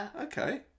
okay